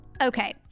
Okay